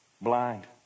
blind